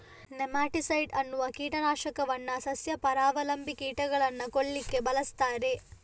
nematicide ಅನ್ನುವ ಕೀಟ ನಾಶಕವನ್ನ ಸಸ್ಯ ಪರಾವಲಂಬಿ ಕೀಟಗಳನ್ನ ಕೊಲ್ಲಿಕ್ಕೆ ಬಳಸ್ತಾರೆ